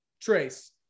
Trace